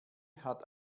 hat